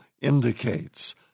indicates